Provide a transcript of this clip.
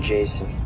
Jason